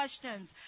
questions